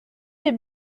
les